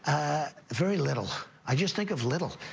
ah, very little. i just think of little.